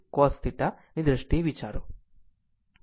48 cosine ની દ્રષ્ટિએ વિચારો